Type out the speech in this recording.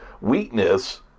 weakness